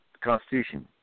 Constitution